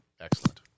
excellent